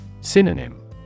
Synonym